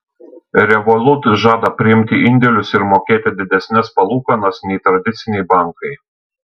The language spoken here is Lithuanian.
revolut žada priimti indėlius ir mokėti didesnes palūkanas nei tradiciniai bankai